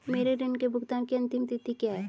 मेरे ऋण के भुगतान की अंतिम तिथि क्या है?